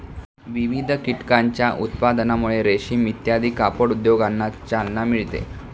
विविध कीटकांच्या उत्पादनामुळे रेशीम इत्यादी कापड उद्योगांना चालना मिळते